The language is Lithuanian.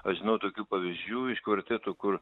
aš žinau tokių pavyzdžių iš kvartetų kur